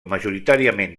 majoritàriament